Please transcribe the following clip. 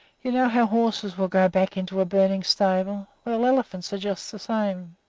you know how horses will go back into a burning stable. well, elephants are just the same.